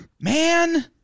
man